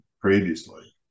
previously